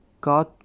God